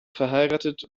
verheiratet